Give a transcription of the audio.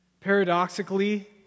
Paradoxically